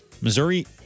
Missouri